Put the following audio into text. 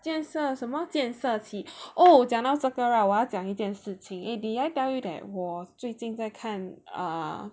建设什么建色起 oh 讲到这个 right 我要讲一件事 eh did I tell you that 我最近在看